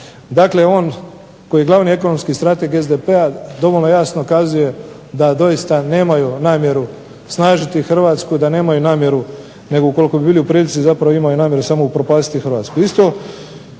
Dakle, on koji je glavni ekonomski strateg SDP-a dovoljno jasno kazuje da doista nemaju namjeru snažiti Hrvatsku, da nemaju namjeru nego ukoliko bi bili u prilici imaju namjeru upropastiti Hrvatsku.